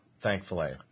Thankfully